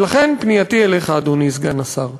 ולכן פנייתי אליך, אדוני סגן השר.